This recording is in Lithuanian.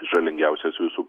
žalingiausias visų